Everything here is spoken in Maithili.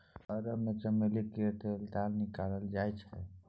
अरब मे चमेली केर तेल निकालल जाइ छै